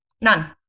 None